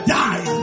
die